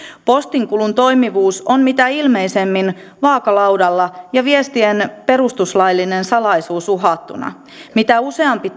postinkulun toimivuus on mitä ilmeisimmin vaakalaudalla ja viestien perustuslaillinen salaisuus uhattuna mitä useampi